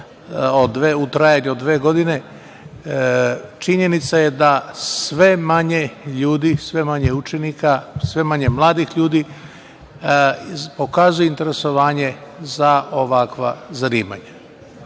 u trajanju od dve godine, činjenica je da sve manje ljudi, sve manje učenika, sve manje mladih ljudi pokazuje interesovanje za ovakva zanimanja. Ako